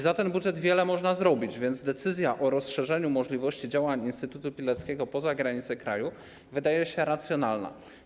Za ten budżet wiele można zrobić, więc decyzja o rozszerzeniu możliwości działań Instytutu Pileckiego poza granice kraju wydaje się racjonalna.